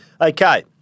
Okay